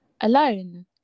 alone